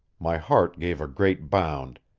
my heart gave a great bound,